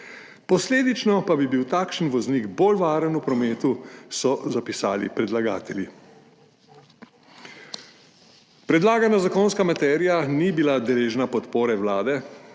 posledično pa bi bil takšen voznik bolj varen v prometu, so zapisali predlagatelji. Predlagana zakonska materija ni bila deležna podpore Vlade,